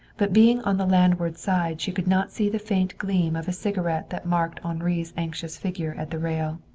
but being on the landward side she could not see the faint gleam of a cigarette that marked henri's anxious figure at the rail.